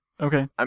Okay